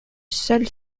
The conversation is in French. seul